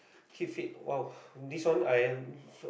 keep fit !wow! this one I